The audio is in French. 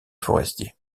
forestiers